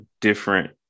different